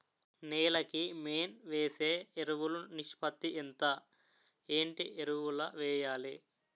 నేల కి మెయిన్ వేసే ఎరువులు నిష్పత్తి ఎంత? ఏంటి ఎరువుల వేయాలి?